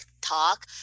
talk